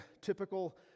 typical